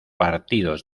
partidos